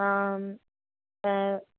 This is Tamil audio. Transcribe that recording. ஆம்